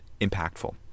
impactful